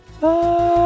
Bye